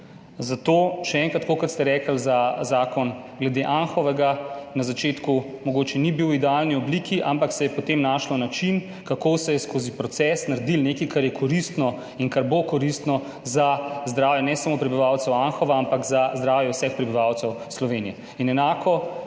Zato še enkrat, tako kot ste rekli, za zakon glede Anhovega, na začetku mogoče ni bil v idealni obliki, ampak se je potem našlo način, kako se je skozi proces naredilo nekaj, kar je koristno in kar bo koristno za zdravje ne samo prebivalcev Anhova, ampak za zdravje vseh prebivalcev Slovenije.